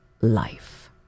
life